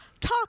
talk